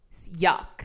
Yuck